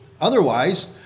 Otherwise